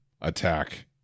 attack